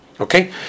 Okay